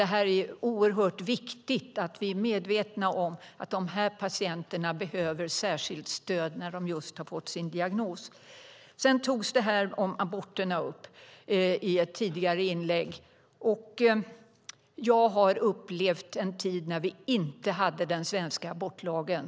Det är oerhört viktigt att vi blir medvetna om att dessa patienter behöver särskilt stöd när de just har fått sin diagnos. I ett tidigare inlägg togs det här med aborterna upp. Jag har upplevt en tid när vi inte hade den svenska abortlagen.